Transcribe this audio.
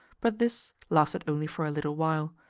but this lasted only for a little while,